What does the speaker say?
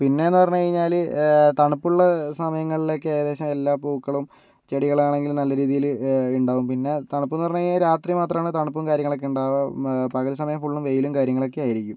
പിന്നെയെന്ന് പറഞ്ഞു കഴിഞ്ഞാൽ തണുപ്പുള്ള സമയങ്ങളിലൊക്കെ എകദേശം എല്ലാ പൂക്കളും ചെടികൾ ആണെങ്കിലും നല്ല രീതിയിൽ ഉണ്ടാവും പിന്നെ തണുപ്പെന്ന് പറഞ്ഞു കഴിഞ്ഞാൽ രാത്രി മാത്രമാണ് തണുപ്പും കാര്യങ്ങളൊക്കെ ഉണ്ടാവുക പകൽ സമയം ഫുള്ളും വെയിലും കാര്യങ്ങളൊക്കെ ആയിരിക്കും